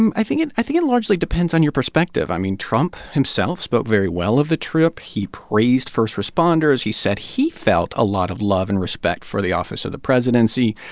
and i think and i think it largely depends on your perspective. i mean, trump himself spoke very well of the trip. he praised first responders. he said he felt a lot of love and respect for the office of the presidency.